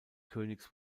königs